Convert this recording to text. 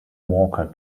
walker